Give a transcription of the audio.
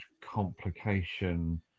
complication